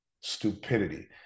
stupidity